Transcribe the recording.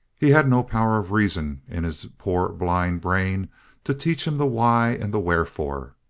he had no power of reason in his poor blind brain to teach him the why and the wherefore.